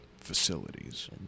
facilities